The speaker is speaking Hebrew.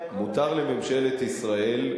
מותר לממשלת ישראל,